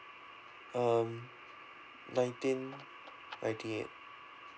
um nineteen ninety eight